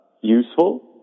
useful